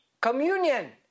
Communion